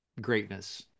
greatness